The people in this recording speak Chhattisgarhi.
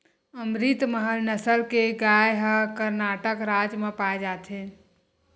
अमरितमहल नसल के गाय ह करनाटक राज म पाए जाथे